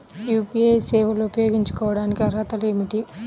UPI సేవలు ఉపయోగించుకోటానికి అర్హతలు ఏమిటీ?